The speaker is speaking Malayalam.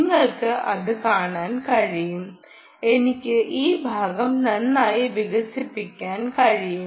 നിങ്ങൾക്ക് അത് കാണാൻ കഴിയും എനിക്ക് ഈ ഭാഗം നന്നായി വികസിപ്പിക്കാൻ കഴിയും